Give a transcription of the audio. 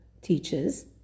teaches